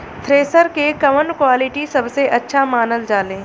Thresher के कवन quality सबसे अच्छा मानल जाले?